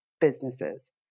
businesses